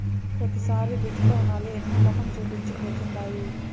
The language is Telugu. ప్రతిసారి రుతుపవనాలు ఎన్నో మొఖం చూపించి పోతుండాయి